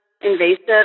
invasive